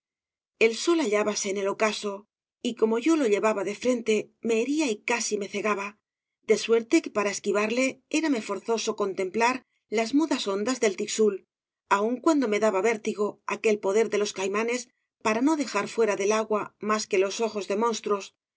el sol hallábase en el ocaso y como yo lo llevaba de frente me hería y casi me cegaba de suerte que para esquivarle érame forzoso contemplar las mudas ondas del tixul aun cuando me daba vértigo aquel poder de los caimanes para no dejar fuera del agua más que los ojos de monstruos